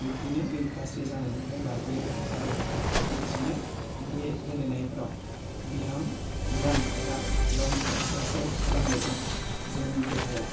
बिब्दिनो बै गाज्रि जानायनिफ्राय बारगयो आरो लोगोसेनो बे गेलेनायफ्राव बिहोम ब्याम एबा गावनि एकसारसाइस खालामनायजों जोंनि देहाया